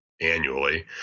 annually